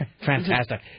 Fantastic